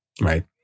right